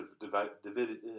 divided